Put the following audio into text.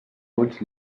ulls